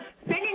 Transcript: Singing